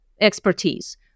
expertise